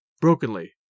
brokenly